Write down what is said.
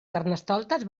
carnestoltes